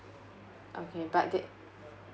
okay but the